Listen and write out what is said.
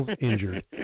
injured